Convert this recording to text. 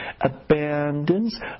abandons